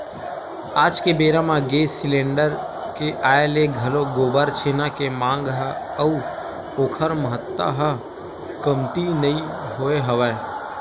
आज के बेरा म गेंस सिलेंडर के आय ले घलोक गोबर छेना के मांग ह अउ ओखर महत्ता ह कमती नइ होय हवय